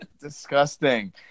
disgusting